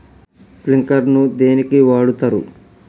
Sprinkler ను దేనికి వాడుతరు?